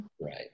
right